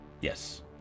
Yes